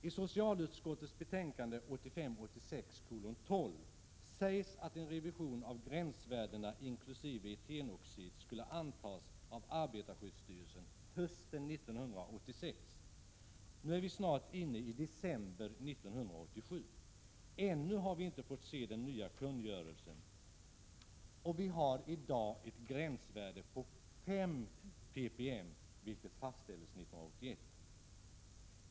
I socialutskottets betänkande 1985/86:12 sägs det att en revision av gränsvärdena inkl. etenoxid skulle antas av arbetarskyddsstyrelsen hösten 1986. Nu är vi snart inne i december 1987, men fortfarande har vi inte fått se den nya kungörelsen. Gränsvärdet i dag ligger vid 5 ppm, vilket fastställdes 1981.